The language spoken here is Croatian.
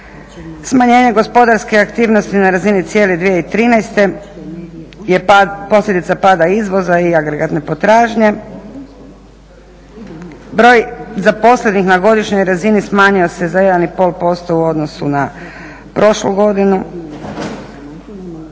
Smanjenje gospodarske aktivnosti na razini cijele 2013. je posljedica pada izvoza i agregatne potražnje. Broj zaposlenih na godišnjoj razini smanjio se za 1,5% u odnosu na prošlu godinu.